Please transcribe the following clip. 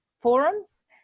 forums